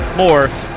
more